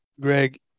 Greg